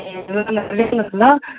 ए ल ल ल्याउनुहोस् ल